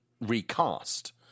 recast